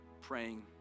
praying